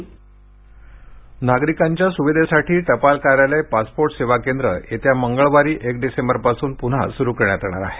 passport सेवा नागरिकांच्या सुविधेसाठी टपाल कार्यालय पासपोर्ट सेवा केंद्र येत्या मंगळवार एक डिसेंबर पासून पुन्हा सुरू करण्यात येणार आहेत